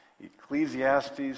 Ecclesiastes